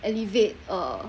elevate uh